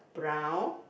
brown